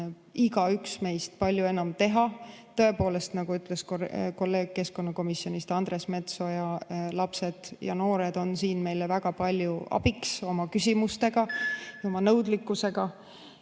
igaüks meist veel palju enam teha. Nagu ütles kolleeg keskkonnakomisjonist Andres Metsoja, lapsed ja noored on siin meile väga palju abiks oma küsimustega, oma nõudlikkusega